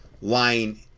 lying